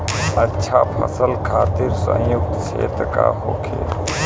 अच्छा फसल खातिर उपयुक्त क्षेत्र का होखे?